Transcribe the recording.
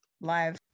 live